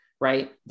right